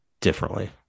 differently